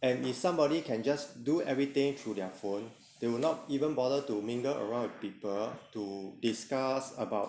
and if somebody can just do everything through their phone they would not even bother to mingle around with people to discuss about